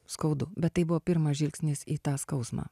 skaudu bet tai buvo pirmas žvilgsnis į tą skausmą